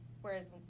Whereas